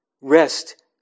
Rest